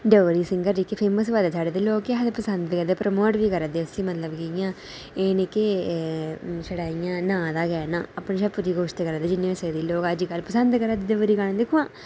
Dogri singer famous होआ दे जेह्के लोक केह् आखदे पसंद करदे प्रमोट बी करै दे मतलब कि उसी इ'यां ते एह् जेह्के छड़ा नांऽ दा गै इ'यां अपने कशा बड़ी कोशिश करै दे अपने कशा जिन्नी होई सकै पसंद करै दे डोगरी गाने दिक्खो आं